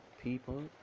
people